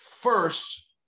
first